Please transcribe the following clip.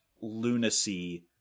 lunacy